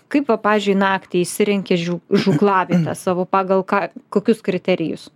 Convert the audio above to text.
kaip va pavyzdžiui naktį išsirenki žiū žūklavietę savo pagal ką kokius kriterijus